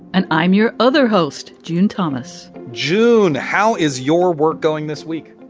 and i'm your other host. june thomas june, how is your work going this week?